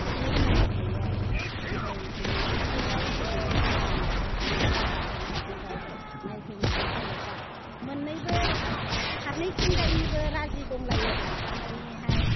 बिदि होनलायनाय थायो आरो ओमफ्राय बिदिनो फैबाय फैनानै जोंफोरनियाव बिदिनो न'खरफ्राव नायफैबाय नायफैनानै जेनेबा मोन्नैबो फारनैथिंजायनिबो राजि दंलायोबा थारमानि हाय